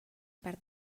per